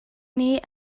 nih